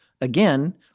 Again